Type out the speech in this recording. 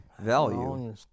value